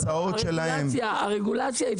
הרגולציה אפשרה.